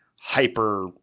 hyper